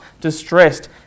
distressed